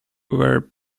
were